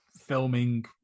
filming